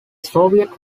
soviet